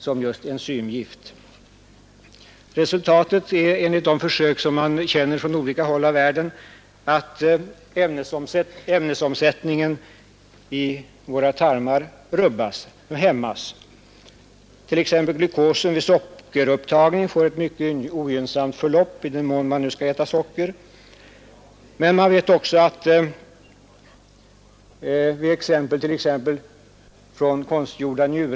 Enligt försök som gjorts på olika håll i världen medför en tillsättning av fluor att ämnesomsättningen i tarmarna rubbas eller hämmas. Glykosbildningen vid sockerupptagningen — i den mån man nu skall äta socker — får t.ex. ett mycket ogynnsamt förlopp.